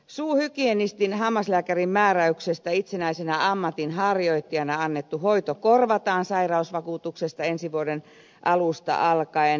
suuhygienistin hammaslääkärin määräyksestä itsenäisenä ammatinharjoittajana antama hoito korvataan sairausvakuutuksesta ensi vuoden alusta alkaen